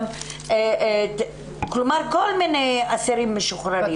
כל מיני אסירים משוחררים.